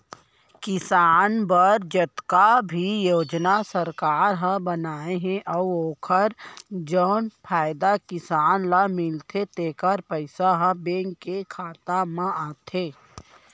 किसान बर जतका भी योजना सरकार ह बनाए हे अउ ओकर जउन फायदा किसान ल मिलथे तेकर पइसा ह बेंक के खाता म आथे